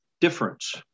difference